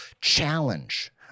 challenge